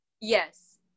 Yes